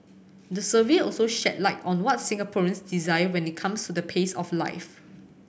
the survey also shed light on the what Singaporeans desire when it comes to the pace of life